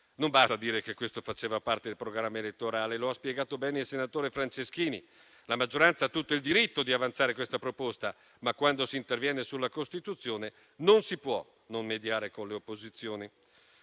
Non basta dire che questo faceva parte del programma elettorale. Lo ha spiegato bene il senatore Franceschini: la maggioranza ha tutto il diritto di avanzare questa proposta, ma, quando si interviene sulla Costituzione, non si può non mediare con le opposizioni.